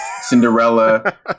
Cinderella